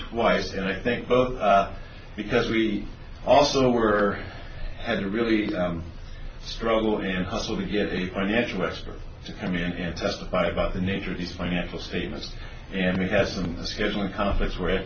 twice and i think both because we also were had to really struggle and hustle to get a financial expert to come in and testify about the nature of these financial statements and we had some scheduling conflicts where